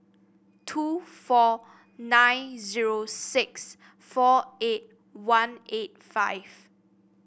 two four nine zero six four eight one eight five